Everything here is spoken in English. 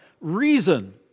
reason